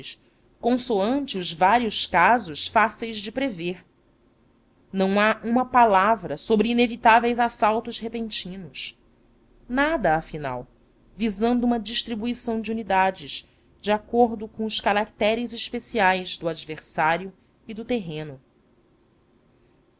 os vários casos fáceis de prever não há uma palavra sobre inevitáveis assaltos repentinos nada afinal visando uma distribuição de unidades de acordo com os caracteres especiais do adversário e do terreno